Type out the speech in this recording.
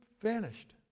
vanished